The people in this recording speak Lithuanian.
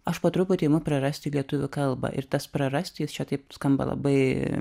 aš po truputį imu prarasti lietuvių kalbą ir tas prarasti jis čia taip skamba labai